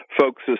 folks